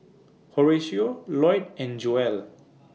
Horacio Loyd and Joelle